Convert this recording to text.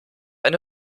eine